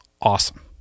awesome